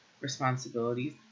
responsibilities